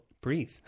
breathe